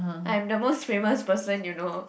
I'm the most famous person you know